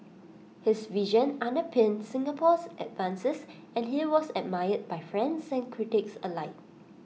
his vision underpinned Singapore's advances and he was admired by friends and critics alike